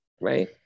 Right